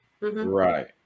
Right